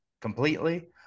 completely